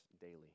daily